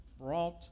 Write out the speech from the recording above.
brought